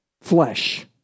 flesh